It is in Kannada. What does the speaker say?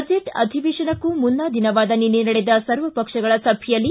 ಬಜೆಟ್ ಅಧಿವೇಶನಕ್ಕೂ ಮುನ್ನ ದಿನವಾದ ನಿನ್ನೆ ನಡೆದ ಸರ್ವಪಕ್ಷಗಳ ಸಭೆಯಲ್ಲಿ